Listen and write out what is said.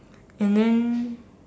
and then